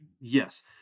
yes